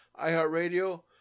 iHeartRadio